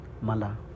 Mala